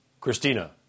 Christina